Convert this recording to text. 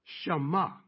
Shema